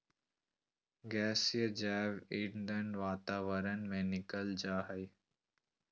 गैसीय जैव ईंधन वातावरण में निकल जा हइ